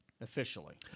officially